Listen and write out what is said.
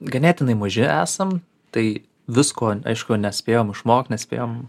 ganėtinai maži esam tai visko aišku nespėjom išmokt nespėjom